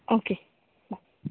okay